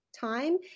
time